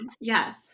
yes